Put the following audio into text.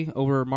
over